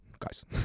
guys